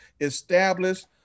established